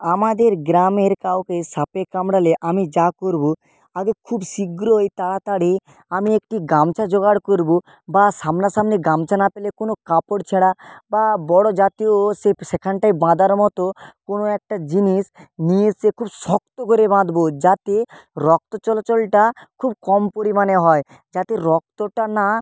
আমাদের গ্রামের কাউকে সাপে কামড়ালে আমি যা করবো আগে খুব শীঘ্রই তাড়াতাড়ি আমি একটি গামছা জোগাড় করবো বা সামনা সামনি গামছা না পেলে কোনো কাপড় ছেঁড়া বা বড়ো জাতীয় সেখানটায় বাঁধা মতো কোনো একটা জিনিস নিয়ে এসে খুব শক্ত করে বাঁধবো যাতে রক্ত চলাচলটা খুব কম পরিমাণে হয় যাতে রক্তটা না